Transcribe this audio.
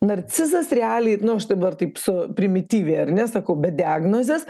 narcizas realiai nu aš dabar taip su primityviai ar ne sakau be diagnozės